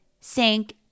Sink